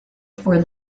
for